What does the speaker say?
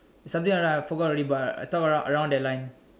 something around like but I forgot already but I talk around around that line